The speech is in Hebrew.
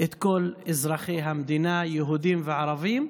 את כל אזרחי המדינה, יהודים וערבים.